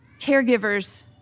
caregivers